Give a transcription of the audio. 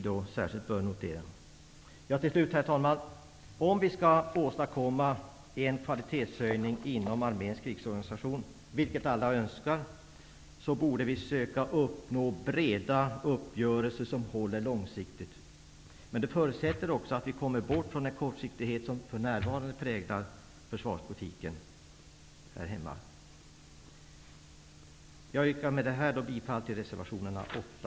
Om vi skall kunna åstadkomma en kvalitetshöjning inom arméns krigsorganisation, vilket vi alla önskar, borde vi söka nå breda uppgörelser som håller långsiktigt. Men det förutsätter att vi kommer bort från den kortsiktighet som för närvarande präglar försvarspolitiken här hemma. Herr talman! Jag yrkar bifall till reservationerna 8